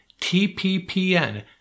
TPPN